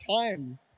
time